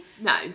No